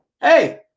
Hey